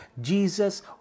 Jesus